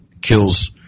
kills